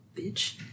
Bitch